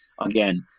again